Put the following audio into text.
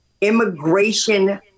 immigration